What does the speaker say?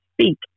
speak